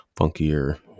funkier